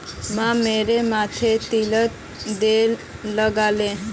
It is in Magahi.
माँ मोर माथोत तिलर तेल लगाले